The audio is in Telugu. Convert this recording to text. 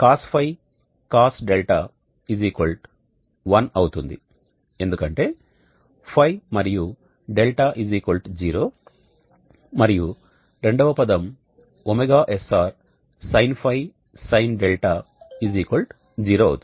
cosϕ cos δ 1 అవుతుంది ఎందుకంటే ϕ మరియు δ 0 మరియు రెండవ పదం ωsr sinϕ sinδ 0 అవుతుంది